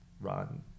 run